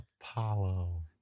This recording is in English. Apollo